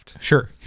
Sure